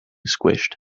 squished